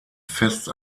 fest